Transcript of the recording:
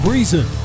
Reason